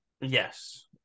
Yes